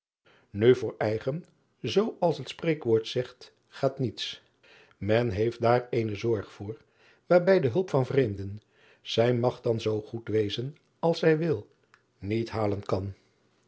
u voor eigen zoo als het spreekwoord zegt gaat niets en heeft daar eene zorg voor waarbij de hulp van vreemden zij mag dan zoo goed wezen als zij wil niet halen kan